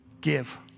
give